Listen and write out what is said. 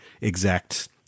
exact